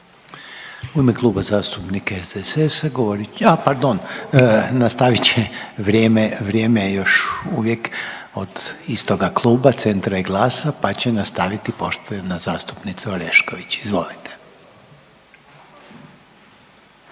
U ime Kluba zastupnika SDSS-a govorit, a pardon nastavit će vrijeme je još uvijek od istoga kluba Centra i GLAS-a pa će nastaviti poštovana zastupnica Orešković. Izvolite.